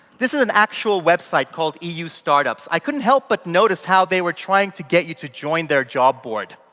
this is an actual website called eu start-ups. i couldn't help but notice how they were trying to get you to join their job board.